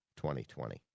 2020